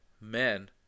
men